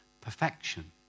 perfection